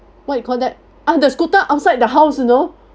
what you call that ah the scooter outside the house you know